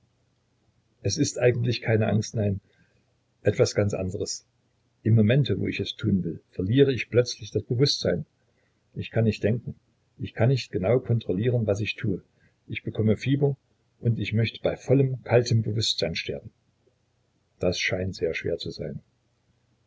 es ist eigentlich keine angst nein etwas ganz anderes im momente wo ich es tun will verliere ich plötzlich das bewußtsein ich kann nicht denken ich kann nicht genau kontrollieren was ich tue ich bekomme fieber und ich möchte bei vollem kaltem bewußtsein sterben das scheint sehr schwer zu sein